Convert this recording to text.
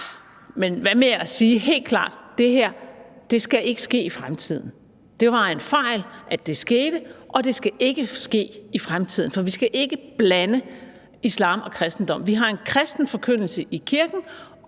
Men hvad med at sige helt klart, at det her ikke skal ske i fremtiden? Det var en fejl, at det skete, og det skal ikke ske i fremtiden, for vi skal ikke blande islam og kristendom. Vi har en kristen forkyndelse i kirken,